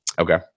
Okay